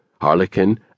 Harlequin